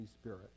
Spirit